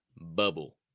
bubble